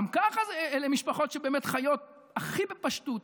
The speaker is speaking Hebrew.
גם ככה אלה משפחות שבאמת חיות הכי בפשטות,